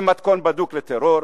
זה מתכון בדוק לטרור.